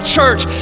Church